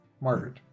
Margaret